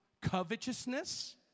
covetousness